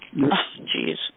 Jeez